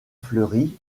fleury